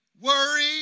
Worry